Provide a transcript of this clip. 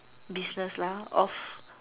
business lah of